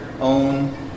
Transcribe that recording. own